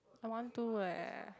I want to leh